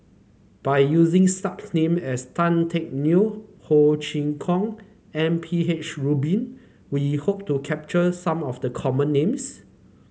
by using such names as Tan Teck Neo Ho Chee Kong and M P H Rubin we hope to capture some of the common names